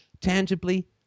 tangibly